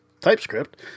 TypeScript